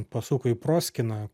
pasuko į proskyną